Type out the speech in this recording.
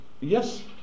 yes